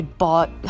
bought